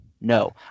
No